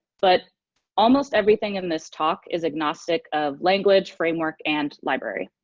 but almost everything in this talk is agnostic of language, framework, and library.